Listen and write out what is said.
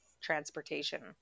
transportation